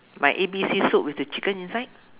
my A_B_C soup with the chicken inside